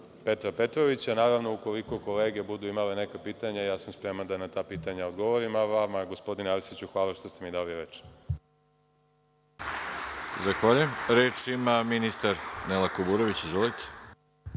Petra Petrovića. Naravno, ukoliko kolege budu imale neka pitanja ja sam spreman da na ta pitanja odgovorim, a vama, gospodine Arsiću, hvala vam što ste mi dali reč. **Veroljub Arsić** Zahvaljujem. Reč ima ministar Nela Kuburović. Izvolite.